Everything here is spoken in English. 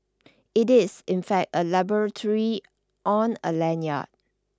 it is in fact a laboratory on a lanyard